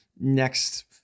next